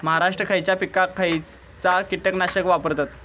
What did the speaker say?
महाराष्ट्रात खयच्या पिकाक खयचा कीटकनाशक वापरतत?